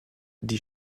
die